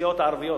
ומסיעות ערביות.